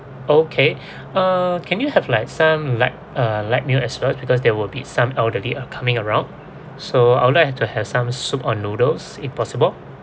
okay uh can you have like some like uh light meal as well because there will be some elderly are coming around so I would like to have some soup or noodles if possible